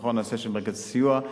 הנושא של מרכזי סיוע.